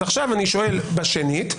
עכשיו אני שואל בשנית.